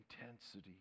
intensity